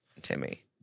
Timmy